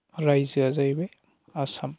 रायजोआ जाहैबाय आसाम